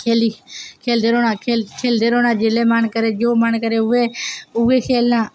खेल्लदे रौह्ना खेल्लदे रौह्ना जेल्लै मन करै जो मन करै उ'ऐ खेल्लना